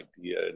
idea